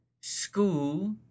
school